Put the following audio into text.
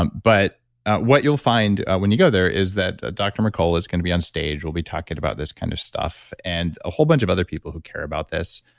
um but what you'll find when you go there is that dr. mercola is going to be on stage. we'll be talking about this kind of stuff and a whole bunch of other people who care about this.